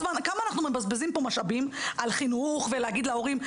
אנחנו מבזבזים פה על חינוך ולהגיד להורים.